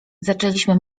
zaczęliśmy